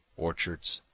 orchards,